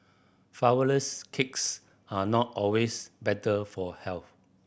flourless cakes are not always better for health